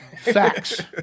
Facts